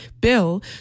Bill